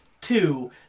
Two